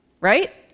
right